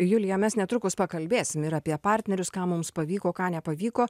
julija mes netrukus pakalbėsim ir apie partnerius ką mums pavyko ką nepavyko